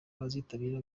abazitabira